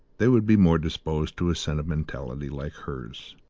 they would be more disposed to a sentimentality like hers.